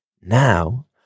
Now